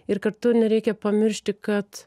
ir kartu nereikia pamiršti kad